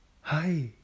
Hi